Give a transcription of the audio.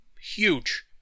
Huge